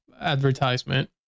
advertisement